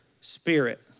spirit